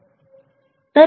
बरोबर